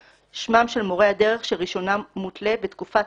שמם של מורי הדרך שרישיונם מותלה ותקופת